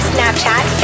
Snapchat